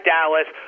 Dallas